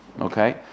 Okay